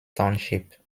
township